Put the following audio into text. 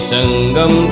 Sangam